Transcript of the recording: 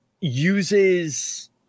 uses